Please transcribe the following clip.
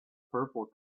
purple